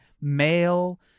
male